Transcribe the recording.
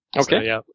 Okay